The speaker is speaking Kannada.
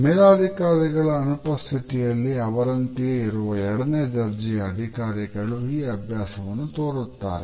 ಮೇಲಾಧಿಕಾರಿಗಳ ಅನುಪಸ್ಥಿತಿಯಲ್ಲಿ ಅವರಂತೆಯೇ ಇರುವ ಎರಡನೇ ದರ್ಜೆಯ ಅಧಿಕಾರಿಗಳು ಈ ಅಭ್ಯಾಸವನ್ನು ತೋರುತ್ತಾರೆ